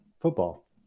football